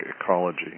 ecology